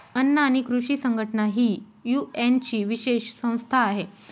अन्न आणि कृषी संघटना ही युएनची विशेष संस्था आहे